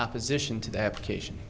opposition to the application